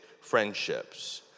Friendships